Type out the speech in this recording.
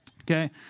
okay